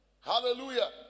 Hallelujah